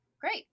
great